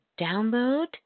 download